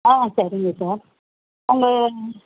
ஆ சரிங்க சார் உங்கள்